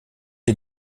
est